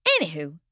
Anywho